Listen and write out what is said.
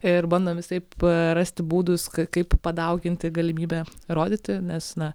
ir bandom visaip rasti būdus kaip padauginti galimybę rodyti nes na